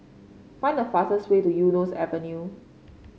find the fastest way to Eunos Avenue